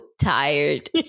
tired